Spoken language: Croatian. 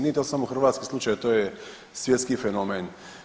Nije to samo hrvatski slučaj to je svjetski fenomen.